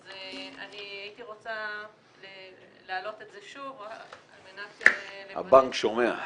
אז אני הייתי רוצה להעלות את זה שוב על מנת ל -- הבנק שומע.